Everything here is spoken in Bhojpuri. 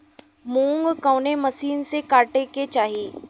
मूंग कवने मसीन से कांटेके चाही?